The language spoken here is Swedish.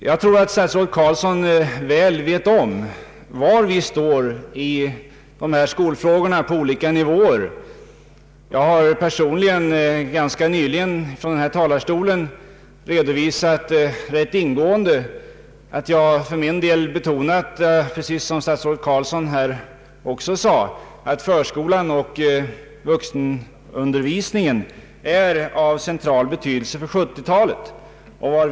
Jag tror att statsrådet Carlsson väl vet var vi står i de debatterade skolfrågorna. Jag har personligen från denna talarstol nyligen rätt ingående redovisat att jag — liksom statsrådet Carlsson här också sade — anser att förskolan och vuxenundervisningen är av central betydelse för 1970-talet.